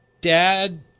dad